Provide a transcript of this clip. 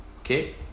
Okay